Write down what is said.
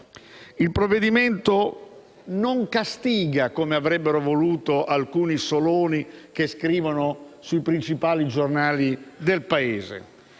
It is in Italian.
Il provvedimento non castiga, come avrebbero voluto alcuni "Soloni", che scrivono sui principali giornali del Paese,